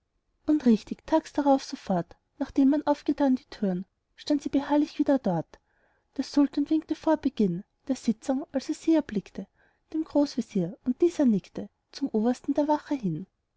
und richtig tags darauf sofort nachdem man aufgetan die türen stand sie beharrlich wieder dort der sultan winkte vor beginn der sitzung als er sie erblickte dem großvezier und dieser nickte zum obersten der wache hin